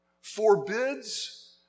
forbids